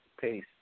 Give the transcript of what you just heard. pace